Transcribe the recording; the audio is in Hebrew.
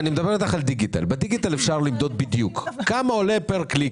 אני מדבר איתך על דיגיטל כי בדיגיטל אפשר למדוד בדיוק כמה עולה פר-קליל